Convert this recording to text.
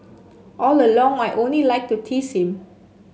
all along I only like to tease him